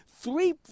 three